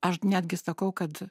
aš netgi sakau kad